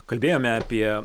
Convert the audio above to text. kalbėjome apie